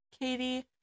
Katie